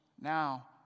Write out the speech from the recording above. Now